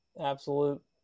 absolute